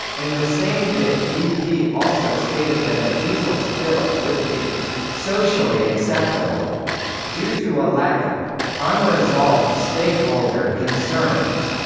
in the same bid bp also stated that a diesel spill would be socially acceptable due to a lack of unresolved stakeholder concerns.